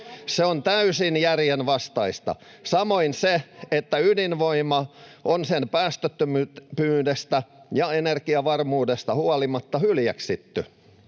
Se on täysin järjenvastaista — samoin se, että ydinvoimaa on sen päästöttömyydestä ja energiavarmuudesta huolimatta hyljeksitty.